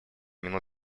минут